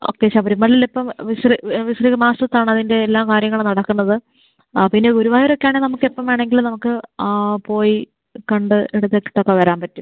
okay ശബരിമലയിൽ ഇപ്പോൾ visual visual masters ആണ് അതിൻ്റെ എല്ലാ കാര്യങ്ങളും നടക്കുന്നത് ആ പിന്നെ ഗുരുവായൂർ ഒക്കെ ആണെങ്കിൽ നമുക്ക് എപ്പോൾ വേണമെങ്കിലും നമുക്ക് പോയി കണ്ട് എടുത്തിട്ടൊക്കെ വരാൻ പറ്റും